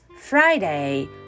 Friday